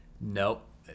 Nope